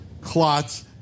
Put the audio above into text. clots